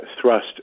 thrust